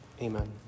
Amen